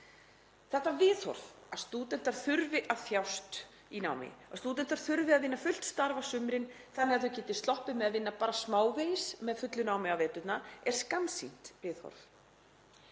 Þetta viðhorf að stúdentar þurfi að þjást með námi, að stúdentar þurfi að vinna fullt starf á sumrin þannig að þau geti sloppið með að vinna bara smávegis með fullu námi á veturna, er skammsýnt viðhorf.